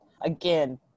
Again